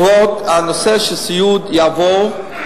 הנושא של סיעוד יעבור.